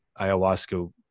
ayahuasca